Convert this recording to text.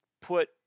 put